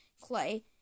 Clay